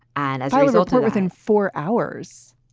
and as a result, ah within four hours.